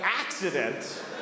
accident